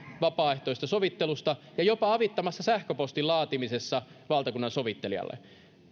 vapaaehtoisesta sovittelusta ja jopa avittamassa sähköpostin laatimisessa valtakunnansovittelijalle